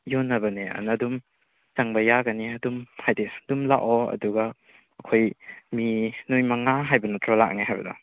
ꯌꯣꯟꯅꯕꯅꯦ ꯑꯗꯨꯅ ꯑꯗꯨꯝ ꯆꯪꯕ ꯌꯥꯒꯅꯤ ꯑꯗꯨꯝ ꯍꯥꯏꯗꯤ ꯑꯗꯨꯝ ꯂꯥꯛꯑꯣ ꯑꯗꯨꯒ ꯑꯩꯈꯣꯏ ꯃꯤ ꯅꯣꯏ ꯃꯉꯥ ꯍꯥꯏꯕ ꯅꯠꯇ꯭ꯔꯣ ꯂꯥꯛꯅꯤ ꯍꯥꯏꯕꯗꯣ